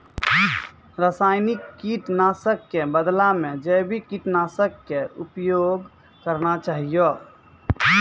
रासायनिक कीट नाशक कॅ बदला मॅ जैविक कीटनाशक कॅ प्रयोग करना चाहियो